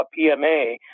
PMA